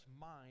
mind